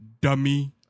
dummy